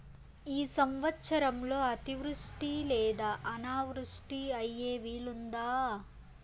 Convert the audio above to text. ఈ సంవత్సరంలో అతివృష్టి లేదా అనావృష్టి అయ్యే వీలుందా?